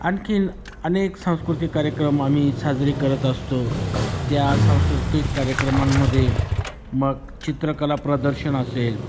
आणखी अनेक सांस्कृतिक कार्यक्रम आम्ही साजरी करत असतो त्या सांस्कृतिक कार्यक्रमांमध्ये मग चित्रकला प्रदर्शन असेल